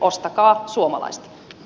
ostakaa suomalaista